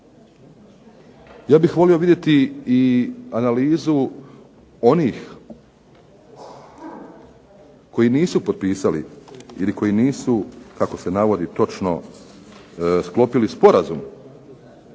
ja bih volio vidjeti i analizu onih koji nisu potpisali ili koji nisu kako se navodi točno sklopili sporazum